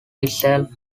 itself